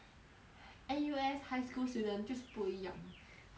N_U_S high school student 就是不一样 her that's why